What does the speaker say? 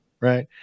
right